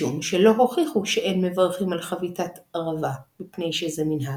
משום שלא הוכיחו שאין מברכים על חבטת ערבה מפני שזה מנהג,